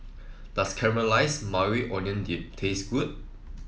does Caramelize Maui Onion Dip taste good